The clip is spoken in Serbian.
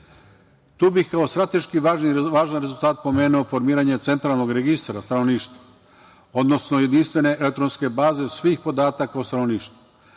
Tu bih kao strateški važan rezultat pomenuo formiranje Centralnog registra stanovništva, odnosno jedinstvene elektronske baze svih podataka o stanovništvu